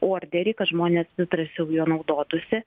orderį kad žmonės vis drąsiau ja naudotųsi